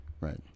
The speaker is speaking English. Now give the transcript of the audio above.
Right